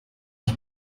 ich